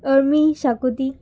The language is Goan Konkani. अळमी शाकुती